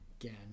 again